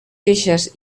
queixes